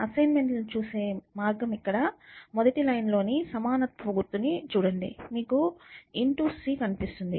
అసైన్మెంట్లను చూసే మార్గం ఇక్కడ మొదటి లైన్ లో ని సమానత్వపు గుర్తుని చూడండి మీకు a ఇంటు c కనిపిస్తుంది